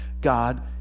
God